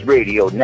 Radio